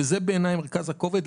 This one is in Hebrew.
וזה בעיניי מרכז הכובד,